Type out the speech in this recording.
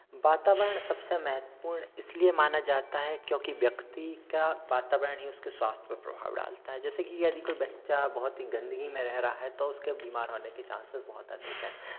वातावरण सबसे महत्वपूर्ण इसलिए माना जाता है क्योंकि व्यक्ति का वातावरण ही उसके स्वास्थ्य पर प्रभाव डालता है जैसे कि यदि कोई बच्चा गंदगी में रह रहा है तो उसके बीमार होने के चान्सेज़ बहुत अधिक हैं